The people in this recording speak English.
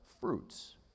fruits